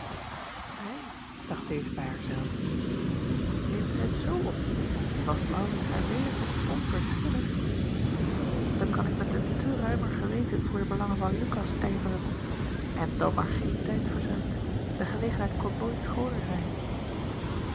i dacht deze bij haar zelve neemt zij het z op as aurits haar wezentlijk onverschillig nu dan kan ik met een te ruimer geweten voor de belangen van ukas ijveren n dan maar geen tijd verzuimd de gelegenheid kon nooit schooner zijn